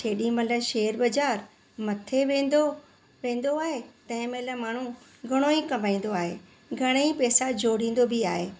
जेॾी महिल शेयर बज़ारि मथे वेंदो वेंदो आहे तंहिं महिल माण्हू घणो ई कमाईंदो आहे घणेई पेसा जोड़ींदो बि आहे